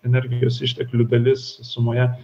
energijos išteklių dalis sumoje